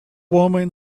woman